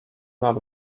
nad